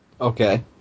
Okay